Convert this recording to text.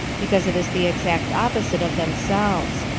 because it is the exact opposite of themselves.